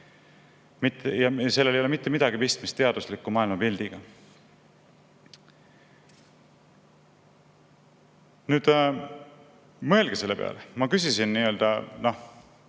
Ja sellel ei ole mitte midagi pistmist teadusliku maailmapildiga. Nüüd, mõelge selle peale. Ma küsisin naljaga